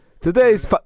Today's